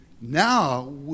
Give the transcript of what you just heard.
Now